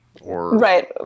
Right